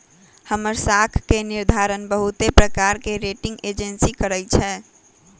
हमर साख के निर्धारण बहुते प्रकार के रेटिंग एजेंसी करइ छै